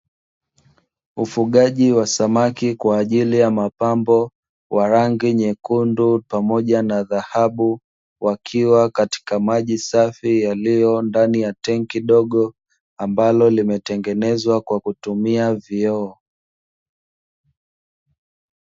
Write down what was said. Ufugaji wa samaki kwa ajili ya mapambo, wa rangi nyekundu pamoja na dhahabu, wakiwa katika maji safi yaliyo ndani ya tangi dogo, ambalo limetengenezwa kwa kutumia vioo.